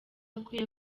akwiye